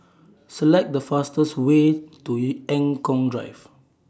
Select The fastest Way to Eng Kong Drive